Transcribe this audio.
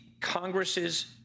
Congress's